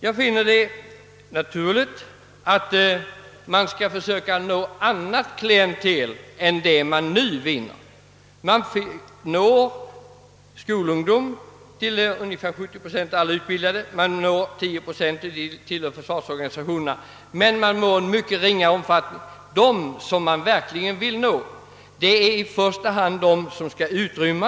Jag finner det naturligt att man skall försöka nå ett annat klientel än det man nu har. Man når skolungdom — de utgör 70 procent av alla utbildade — och folk tillhörande försvarsorganisationerna; de utgör 10 procent. Men man når i mycket ringa utsträckning dem som man verkligen vill nå, d.v.s. i första hand de som skall utrymma.